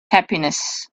happiness